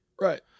Right